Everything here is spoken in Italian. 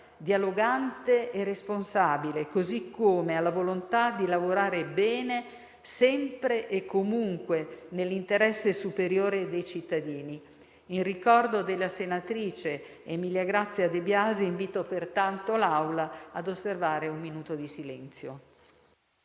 dialogante e responsabile, così come alla volontà di lavorare bene sempre e comunque nell'interesse superiore dei cittadini. In ricordo della senatrice Emilia Grazia De Biasi, invito pertanto l'Assemblea ad osservare un minuto di silenzio.